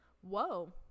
Whoa